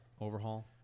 overhaul